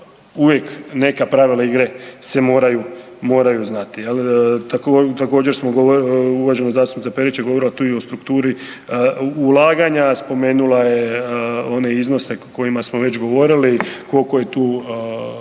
uvijek neka pravila igre se moraju, moraju znati jel. Također uvažena zastupnica Perić je govorila tu i o strukturi ulaganja, spomenula je one iznose o kojima smo već govorili, koliko je tu, u